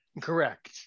correct